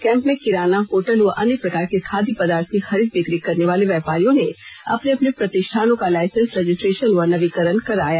camp में किराना hotel व अन्य प्रकार के खाध्य पदार्थ की खरीद बिक्री करने वाले व्यापारियों ने अपने अपने प्रतिष्ठानों का लाइसेंस रजिस्ट्रेशन व नवीकरण कराया